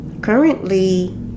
Currently